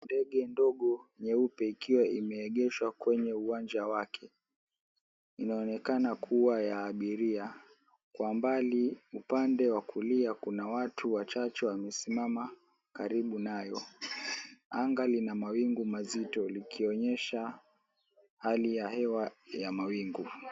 Ndege ndogo nyeupe ikiwa imeegeshwa kwenye uwanja wake. Inaonekana kuwa ya abiria. Kwa mbali upande wa kulia kuna watu wachache wamesimama karibu nayo. Anga lina mawingu mazito likionyesha hali ya hewa ya mawingu.